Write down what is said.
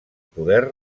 poder